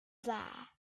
dda